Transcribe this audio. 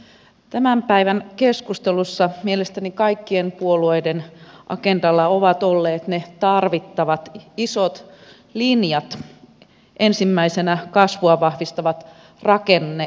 tämän päivän keskustelussa mielestäni kaikkien puolueiden agendalla ovat olleet ne tarvittavat isot linjat ensimmäisenä kasvua vahvistavat rakenneuudistukset